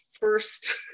first